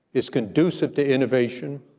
is conducive to innovation,